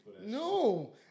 No